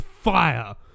fire